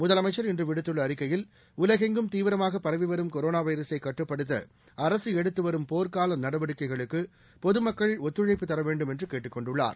முதலமைச்சா் இன்று விடுத்துள்ள அறிக்கையில் உலகெங்கும் தீவிரமாக பரவிவரும் கொரோனா வைரஸை கட்டுப்படுத்த அரசு எடுத்துவரும் போர்க்கால நடவடிக்கைகளுக்கு பொதுமக்கள் ஒத்துழைப்பு தரவேண்டும் என்று கேட்டுக் கொண்டுள்ளார்